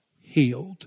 healed